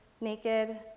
Naked